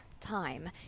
time